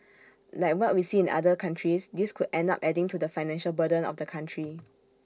like what we see in other countries this could end up adding to the financial burden of the country